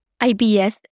IBS